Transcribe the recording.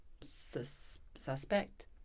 suspect